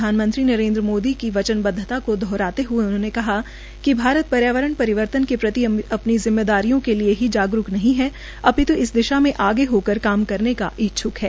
प्रधानमंत्री नरेन्द्र मोदी की वचनबद्वता को दोहराते हुए उन्होंने कहा कि भारत पर्यावरण परिवर्तन के प्रति अपनी जिम्मेदारियों के लिए ही जागरूक नहीं है अपित् इस दिशा में आगे होकर काम करने का इच्छुक है